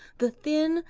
the thin,